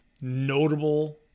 notable